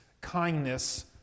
kindness